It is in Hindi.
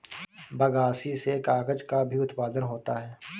बगासी से कागज़ का भी उत्पादन होता है